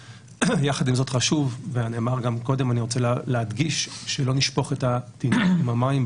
עם זאת חשוב לנו להדגיש שצריך להיזהר לא לשפוך את התינוק עם המים.